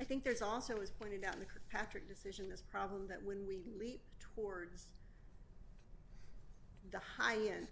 i think there's also as pointed out in the kirkpatrick decision this problem that when we leap towards the high end